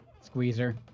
Squeezer